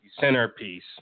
centerpiece